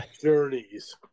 journeys